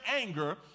anger